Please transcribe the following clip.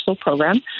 program